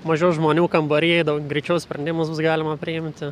mažiau žmonių kambary dau greičiau sprendimus bus galima priimti